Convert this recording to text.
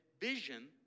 vision